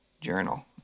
Journal